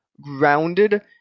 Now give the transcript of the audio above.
grounded